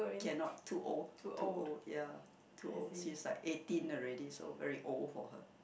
cannot too old too old ya too old she is like eighteen already so very old for her